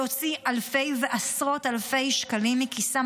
להוציא אלפי ועשרות אלפי שקלים מכיסם